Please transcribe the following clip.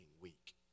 weak